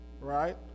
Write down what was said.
right